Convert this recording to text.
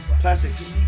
Plastics